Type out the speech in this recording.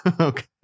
Okay